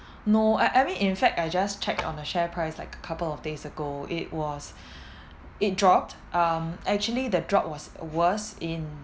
no I I mean in fact I just checked on the share price like couple of days ago it was it dropped um actually the drop was worse in